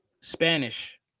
Spanish